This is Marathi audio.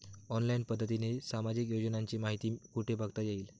ऑनलाईन पद्धतीने सामाजिक योजनांची माहिती कुठे बघता येईल?